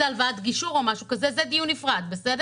לחלק